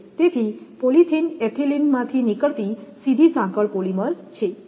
તેથી પોલિથીન એથિલિનમાંથી નીકળતી સીધી સાંકળ પોલિમર છે